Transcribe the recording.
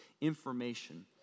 information